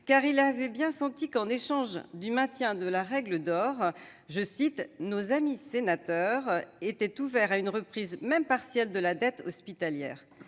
car il avait bien senti que, en échange du maintien de la règle d'or, « nos amis sénateurs étaient ouverts à une reprise, même partielle, de la dette hospitalière.